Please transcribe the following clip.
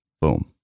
Boom